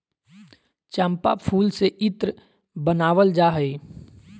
चम्पा फूल से इत्र बनावल जा हइ